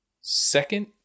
second